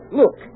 look